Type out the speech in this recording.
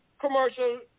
commercial